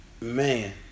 Man